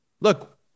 Look